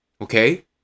Okay